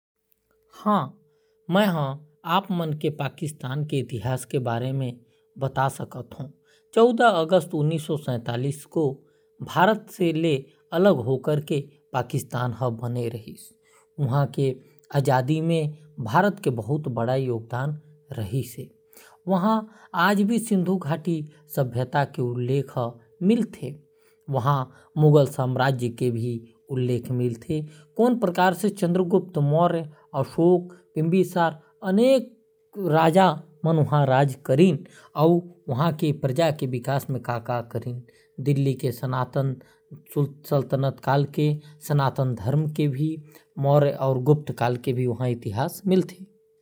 पाकिस्तान के इतिहास भारत के बंटवारा ले जुड़े हे। चौदह अगस्त उन्नीस सौ सैंतालीस के ब्रिटिश भारत के बंटवारा के बाद पाकिस्तान अस्तित्व म आय रिहीस। पाकिस्तान के स्थापना मुहम्मद अली जिन्ना के अगुवई म करे गे रिहीस। ऊंहा के आजादी में भारत के बहुत बड़ा योगदान है। वहां मौर्य और गुप्त राज के भी उल्लेख है।